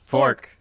Fork